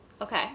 Okay